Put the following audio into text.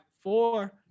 four